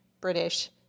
British